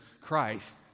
Christ